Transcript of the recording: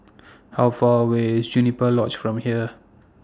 How Far away IS Juniper Lodge from here